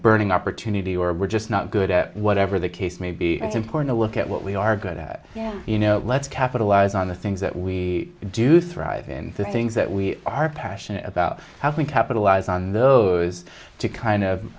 burning opportunity or we're just not good at whatever the case may be it's important to look at what we are good at you know let's capitalize on the things that we do thrive in the things that we are passionate about how can capitalize on those to kind of